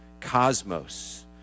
cosmos